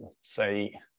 say